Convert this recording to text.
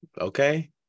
Okay